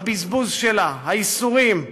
הבזבוז שלה, הייסורים.